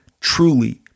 truly